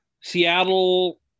Seattle